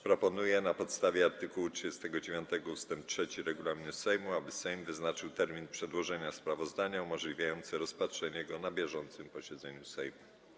Proponuję na podstawie art. 39 ust. 3 regulaminu Sejmu, aby Sejm wyznaczył termin przedstawienia sprawozdania umożliwiający rozpatrzenie go na bieżącym posiedzeniu Sejmu.